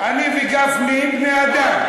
אני וגפני בני-אדם,